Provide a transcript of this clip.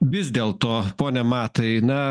vis dėlto pone matai na